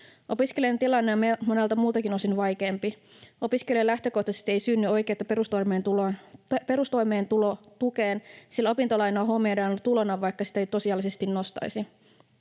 Opiskelijan tilanne on monelta muultakin osin vaikeampi. Opiskelijalle lähtökohtaisesti ei synny oikeutta perustoimeentulotukeen, sillä opintolaina huomioidaan tulona, vaikka sitä ei tosiasiallisesti nostaisi.